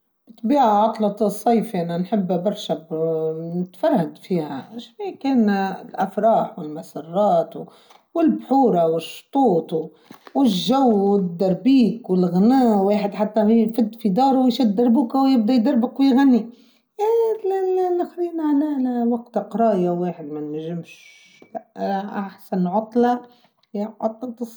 بيع عطلة الصيف نحب برشا نتفرد فيها إش بين كان الأفراح والمسرات والبحورة والشطوط والجو والدربيك والغناء واحد حتى يفد في داره ويشد دربك ويبدأ يدربك ويغني نخرينا على وقت قراية واحد ما نجمش أحسن عطلة هي عطلة الصيف.